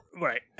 Right